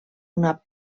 una